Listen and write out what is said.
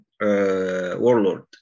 warlord